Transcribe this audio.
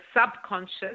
subconscious